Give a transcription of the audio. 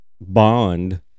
bond